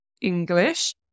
English